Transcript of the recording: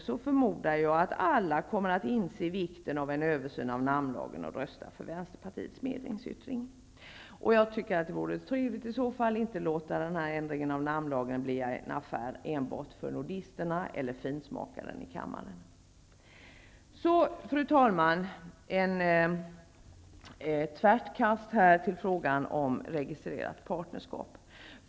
Jag tror att alla därefter kommer att inse vikten av en översyn av namnlagen och rösta för Vänsterpartiets meningsyttring. Jag tycker att det vore trevligt om ändringen av namnlagen inte bara blev en affär för nordisterna eller finsmakarna i kammaren. Fru talman! Nu ett tvärt kast till frågan om registrerat partnerskap.